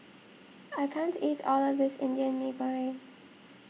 I can't eat all of this Indian Mee Goreng